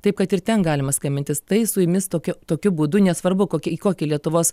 taip kad ir ten galima skambintis tai su jumis tokia tokiu būdu nesvarbu kokį į kokį lietuvos